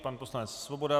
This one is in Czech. Pan poslanec Svoboda.